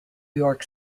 york